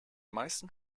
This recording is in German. meisten